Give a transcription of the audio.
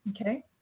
Okay